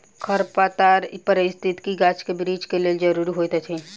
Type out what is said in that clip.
खरपात पारिस्थितिकी गाछ के वृद्धि के लेल ज़रूरी होइत अछि